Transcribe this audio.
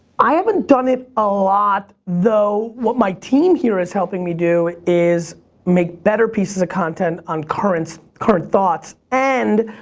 i haven't done it a lot, though what my team here is helping me do is make better pieces of content on current current thoughts and,